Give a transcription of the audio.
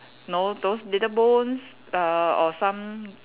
no those little bones err or some